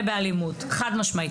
חולה באלימות, חד משמעית.